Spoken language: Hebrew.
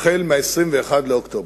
החל מ-21 באוקטובר.